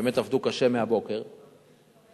באמת עבדו קשה מהבוקר, מאתמול.